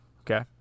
Okay